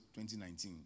2019